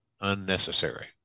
unnecessary